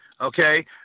Okay